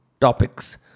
topics